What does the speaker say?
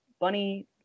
Bunny